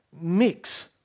mix